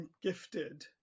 Gifted